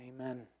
Amen